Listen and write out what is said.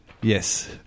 Yes